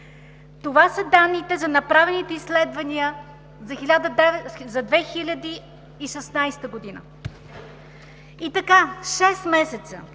Това са данните за направените изследвания за 2016 г. И така – шест